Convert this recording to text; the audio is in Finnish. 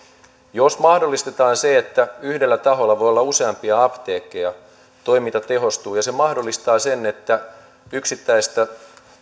jos mahdollistetaan se että yhdellä taholla voi olla useampia apteekkeja toiminta tehostuu ja se mahdollistaa sen että yksittäisistä